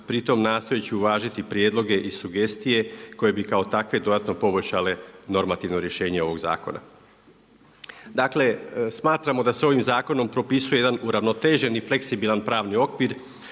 pri tome nastojeći uvažiti prijedloge i sugestije koje bi kako takve dodatno poboljšale normativno rješenje ovog zakona. Smatramo da se ovim zakonom propisuje jedan uravnoteženi fleksibilan pravni okvir